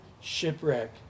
shipwreck